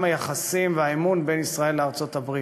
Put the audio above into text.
היחסים והאמון בין ישראל לארצות-הברית.